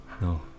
No